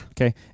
Okay